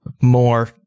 more